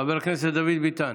חבר הכנסת דוד ביטן,